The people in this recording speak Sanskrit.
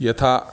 यथा